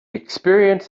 experience